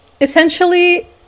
essentially